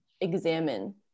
examine